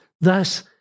Thus